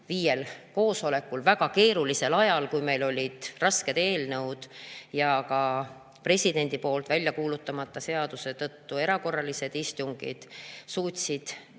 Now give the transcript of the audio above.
viiel koosolekul, väga keerulisel ajal, kui meil olid rasked eelnõud ja ka presidendi poolt väljakuulutamata jäetud seaduse tõttu erakorralised istungid, suutsid